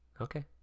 okay